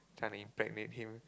trying to impregnate him